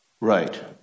Right